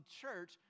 church